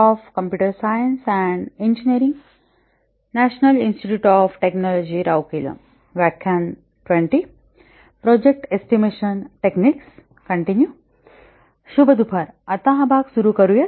आता हा भाग सुरू करूया